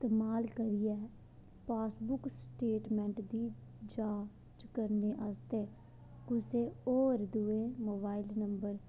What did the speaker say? इस्तेमाल करियै passbook statement दी जांच करने आस्तै कुसै होर दुए मोबाइल नम्बर